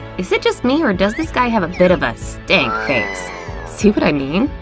is it just me or does this guy have a bit of a stank see what i mean!